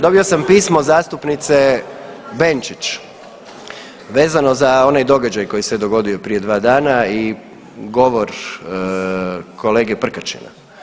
Dobio sam pismo zastupnice Benčić vezano za onaj događaj koji se dogodio prije 2 dana i govor kolege Prkačina.